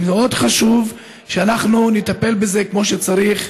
מאוד חשוב שאנחנו נטפל בזה כמו שצריך.